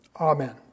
Amen